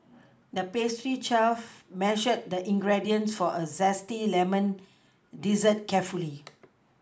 the pastry chef measured the ingredients for a zesty lemon dessert carefully